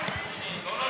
ההצעה